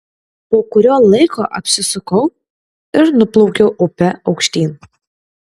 po kurio laiko apsisukau ir nuplaukiau upe aukštyn